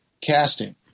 casting